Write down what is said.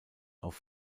auf